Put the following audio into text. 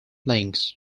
links